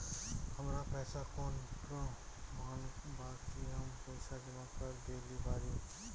हमरा पास कौन प्रमाण बा कि हम पईसा जमा कर देली बारी?